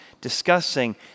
discussing